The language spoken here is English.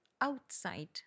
outside